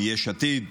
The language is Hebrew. מיש עתיד,